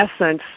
essence